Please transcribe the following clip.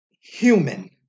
human